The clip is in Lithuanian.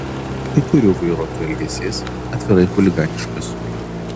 kai kurių vairuotojų elgesys atvirai chuliganiškas